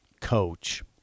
coach